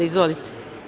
Izvolite.